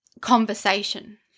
conversation